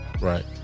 right